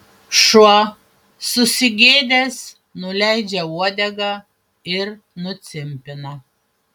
šuo susigėdęs nuleidžia uodegą ir nucimpina